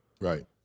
right